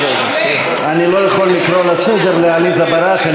אני לא יכול לקרוא לסדר את עליזה בראשי.